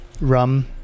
rum